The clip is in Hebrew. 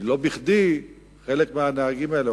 כי לא בכדי חלק מהנהגים האלה,